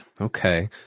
Okay